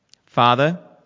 Father